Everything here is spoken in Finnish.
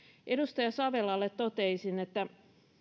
edustaja saviolle toteaisin että